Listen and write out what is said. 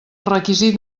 requisit